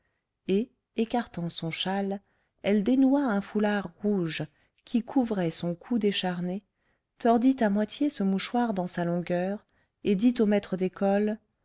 et écartant son châle elle dénoua un foulard rouge qui couvrait son cou décharné tordit à moitié ce mouchoir dans sa longueur et dit au maître d'école